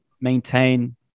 maintain